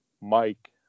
Mike